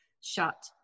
shut